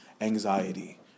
anxiety